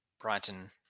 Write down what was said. Brighton